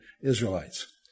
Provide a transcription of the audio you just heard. Israelites